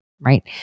right